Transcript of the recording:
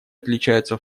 отличаются